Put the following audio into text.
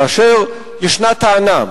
כאשר ישנה טענה,